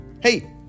Hey